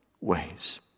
ways